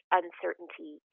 uncertainty